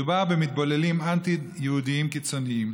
מדובר במתבוללים אנטי-יהודים קיצונים,